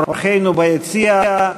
אורחינו ביציע,